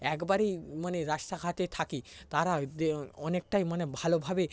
একবারেই মানে রাস্তাঘাটে থাকে তারা দে অনেকটাই মানে ভালোভাবে